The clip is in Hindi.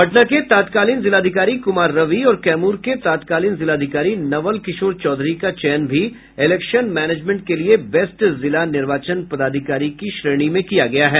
पटना के तत्कालीन जिलाधिकारी कुमार रवि और कैमूर के तत्कालीन जिलाधिकारी नवल किशोर चौधरी का चयन भी इलेक्शन मैनेजमेंट के लिए बेस्ट जिला निर्वाचन पदाधिकारी की श्रेणी में किया गया है